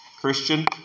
Christian